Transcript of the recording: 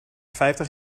vijftig